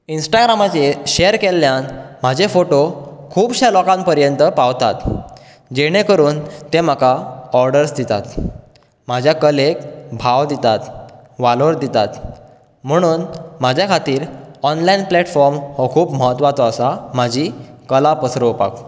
इन्स्टाग्रामाचेर share केल्ल्यान म्हाजे photo खूबश्या लोकां पर्यंत पावतात जेणे करून तें म्हाका ऑडर्स दितात म्हाज्या कलेक भाव दितात वालोर दितात म्हुणून म्हाज्या खातीर ऑनलायन प्लॅटफोर्म हो खूब म्हत्वाचो आसा म्हाजी कला पसरोवपाक